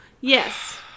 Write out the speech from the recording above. Yes